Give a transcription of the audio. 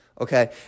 Okay